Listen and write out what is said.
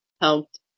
helped